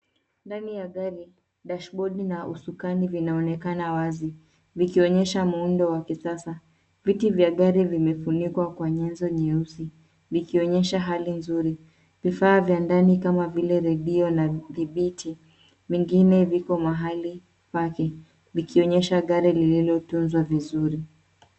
Ndani ya gari, dashibodi na usukani vinaonekana wazi vikionyesha muundo wa kisasa. Viti vya gari vimefunikwa kwa nyenzo nyeusi vikionyesha hali nzuri. Vifaa vya ndani kama vile redio na dhibiti, vingine viko mahali pake vikionyesha gari lililotunzwa vizuri.